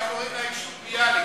בגלל שקוראים ליישוב "ביאליק".